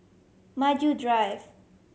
Maju Drive